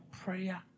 prayer